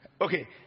Okay